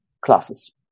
classes